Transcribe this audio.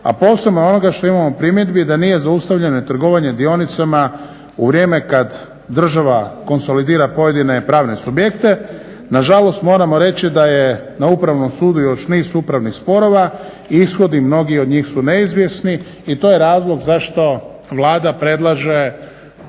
a posebno onoga što imamo primjedbi da nije zaustavljana trgovanje dionicama u vrijeme kad država konsolidira pojedine pravne subjekte. Nažalost, moramo reći da je na Upravnom sudu još niz upravnih sporova i ishodi mnogi od njih su neizvjesni i to je razlog zašto Vlada predlaže